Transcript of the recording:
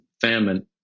famine